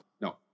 No